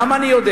איך אני יודע?